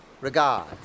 Regards